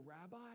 rabbi